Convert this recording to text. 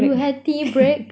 you had tea break